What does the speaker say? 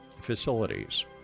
facilities